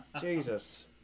Jesus